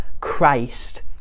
Christ